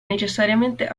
necessariamente